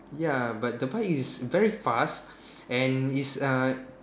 ya but the bike is very fast and is uh